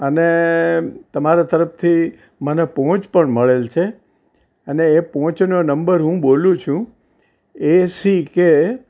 અને તમારા તરફથી મને પહોંચ પણ મળેલ છે અને એ પહોંચનો નંબર હું બોલું છું એ સિ કે